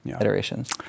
iterations